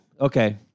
Okay